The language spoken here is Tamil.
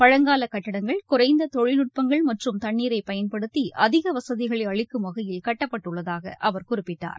பழங்கால கட்டிடங்கள் குறைந்த தொழில்நட்பங்கள் மற்றும் தண்னீரை பயன்படுத்தி அதிக வசதிகளை அளிக்கும் வகையில் கட்டப்பட்டுள்ளதாக அவர் குறிப்பிட்டார்